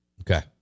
Okay